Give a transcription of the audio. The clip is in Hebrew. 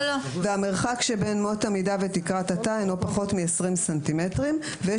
אינו פחות מהמספר המתקבל ממכפלת מספר התרנגולות המטילות שבתא בחמש-עשרה.